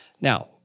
Now